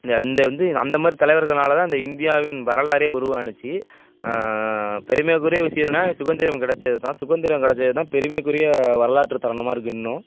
இந்த இந்த வந்து அந்தமாதிரி தலைவர்களால் தான் இந்த இந்தியாவின் வரலாறே உருவாச்சு பெருமைக்குரிய விஷயம் என்னன்னால் சுதந்திரம் கிடச்சது தான் சுதந்திரம் கிடச்சது தான் பெருமைக்குரிய வரலாற்று தருணமாக இருக்குது இன்னும்